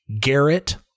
Garrett